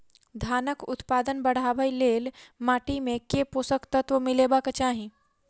धानक उत्पादन बढ़ाबै लेल माटि मे केँ पोसक तत्व मिलेबाक चाहि?